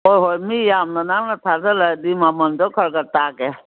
ꯍꯣꯏ ꯍꯣꯏ ꯃꯤ ꯌꯥꯝꯅ ꯅꯪꯅ ꯊꯥꯖꯤꯜꯂꯛꯂꯗꯤ ꯃꯃꯟꯗꯨ ꯈꯔ ꯈꯔ ꯌꯥꯝꯅ ꯇꯥꯒꯦ